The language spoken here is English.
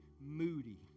moody